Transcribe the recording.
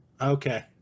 Okay